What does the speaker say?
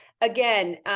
Again